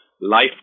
Life